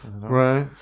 Right